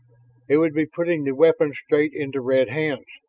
it would be putting the weapons straight into red hands,